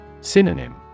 Synonym